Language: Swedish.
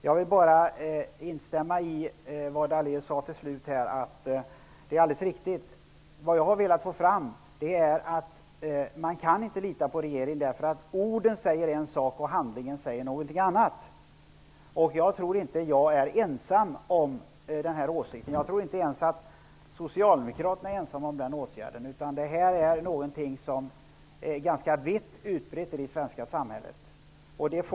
Jag vill bara instämma i vad Lennart Daléus sade på slutet. Vad jag har velat få fram är att man inte kan lita på regeringen. Orden säger en sak och handlingen en annan. Jag tror inte att jag är ensam om denna åsikt. Jag tror inte ens att socialdemokraterna är ensamma om den åsikten. Detta är något som är ganska vitt utbrett i det svenska samhället.